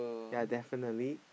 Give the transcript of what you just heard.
yea definitely